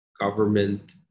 government